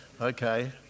Okay